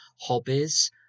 Hobbies